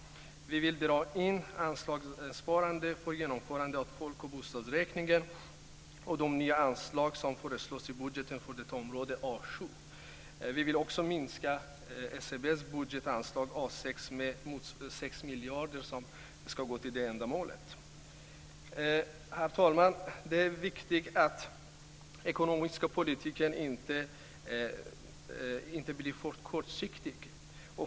Vi vill dra in anslag för genomförande av folk och bostadsräkningen och de nya anslag som föreslås i budgeten för området A7. Vi vill också minska SCB:s budgetanslag A6 med 6 miljoner som ska gå till det ändamålet. Herr talman! Det är viktigt att den ekonomiska politiken inte blir för kortsiktig.